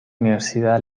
universidad